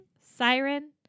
Siren